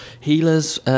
healers